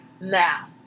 now